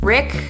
Rick